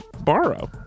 borrow